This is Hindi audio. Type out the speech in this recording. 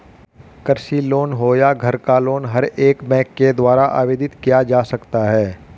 कृषि लोन हो या घर का लोन हर एक बैंक के द्वारा आवेदित किया जा सकता है